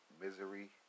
Misery